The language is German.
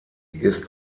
ist